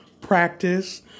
practice